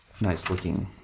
nice-looking